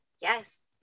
Yes